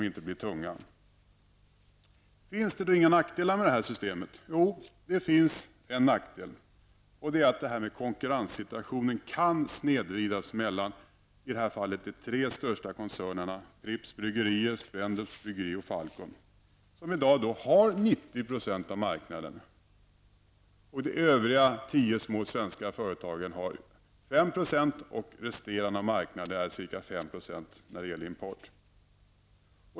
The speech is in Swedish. Finns det då inte några nackdelar med detta system? Jo, det finns en nackdel och det är att konkurrenssituationen kan snedvridas mellan de tre största koncernerna, AB Pripps Bryggerier, Spendrups Bryggerier AB, Falcon AB, som i dag har 90 % av marknaden. De övriga tio små svenska företagen har ca 5 %. Resterande del av marknaden, ca 5 %, är import.